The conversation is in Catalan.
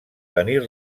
tenir